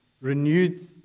renewed